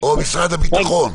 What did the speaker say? של משרד הבריאות.